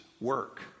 work